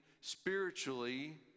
spiritually